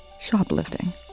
shoplifting